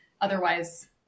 Otherwise